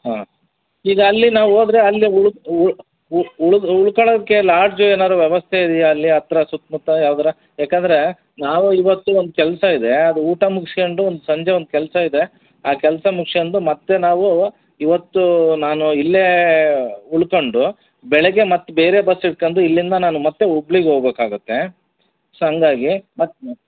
ಹಾಂ ಈಗ ಅಲ್ಲಿ ನಾವು ಹೋದ್ರೆ ಅಲ್ಲೆ ಉಳಿದು ಉಳ್ಕೊಳ್ಲೋಕೆ ಲಾಡ್ಜು ಏನಾದ್ರು ವ್ಯವಸ್ಥೆ ಇದೆಯಾ ಅಲ್ಲಿ ಹತ್ರ ಸುತ್ತಮುತ್ತ ಯಾವ್ದಾರು ಯಾಕೆಂದ್ರೆ ನಾವು ಇವತ್ತು ಒಂದು ಕೆಲಸ ಇದೆ ಅದು ಊಟ ಮುಗಿಸ್ಕೊಂಡು ಒಂದು ಸಂಜೆ ಒಂದು ಕೆಲಸ ಇದೆ ಆ ಕೆಲಸ ಮುಗ್ಸ್ಕೊಂಡು ಮತ್ತೆ ನಾವು ಇವತ್ತು ನಾನು ಇಲ್ಲೇ ಉಳ್ಕೊಂಡು ಬೆಳಗ್ಗೆ ಮತ್ತೆ ಬೇರೆ ಬಸ್ ಹಿಡ್ಕಂದು ಇಲ್ಲಿಂದ ನಾನು ಮತ್ತೆ ಹುಬ್ಳಿಗ್ ಹೋಗ್ಬೇಕಾಗತ್ತೆ ಸೊ ಹಂಗಾಗಿ ಮತ್ತೆ